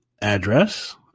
address